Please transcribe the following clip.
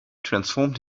transformed